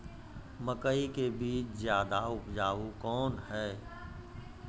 मकई के बीज ज्यादा उपजाऊ कौन है?